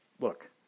look